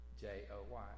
J-O-Y